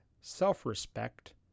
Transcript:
self-respect